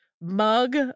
mug